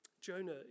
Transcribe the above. Jonah